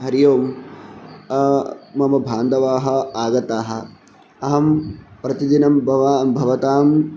हरि ओं मम बान्धवाः आगताः अहं प्रतिदिनं भवा भवतां